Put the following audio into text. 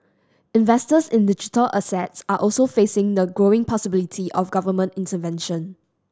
investors in digital assets are also facing the growing possibility of government intervention